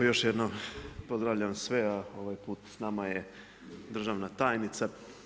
Još jednom pozdravljam sve, a ovaj put s nama je državna tajnica.